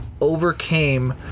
overcame